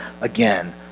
again